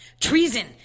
treason